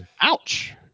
Ouch